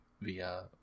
via